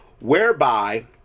Whereby